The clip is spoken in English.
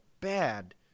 bad